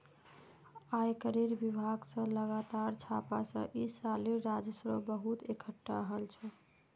आयकरेर विभाग स लगातार छापा स इस सालेर राजस्व बहुत एकटठा हल छोक